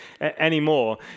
anymore